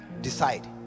decide